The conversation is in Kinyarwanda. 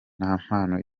n’impano